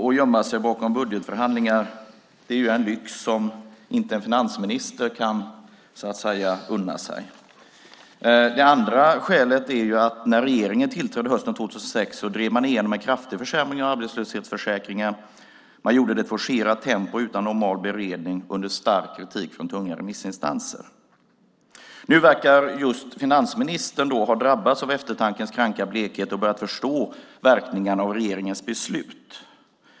Att gömma sig bakom budgetförhandlingar är en lyx som en finansminister inte kan unna sig. Det andra skälet är att när regeringen tillträdde hösten 2006 genomdrev den en kraftig försämring av arbetslöshetsförsäkringen. Man gjorde det i ett forcerat tempo, utan normal beredning och under stark kritik från tunga remissinstanser. Nu verkar finansministern ha drabbats av eftertankens kranka blekhet och börjat förstå verkningarna av regeringens beslut.